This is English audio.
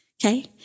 Okay